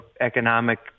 economic